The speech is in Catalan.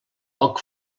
poc